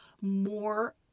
more